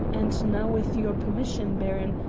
and now with your permission, baron,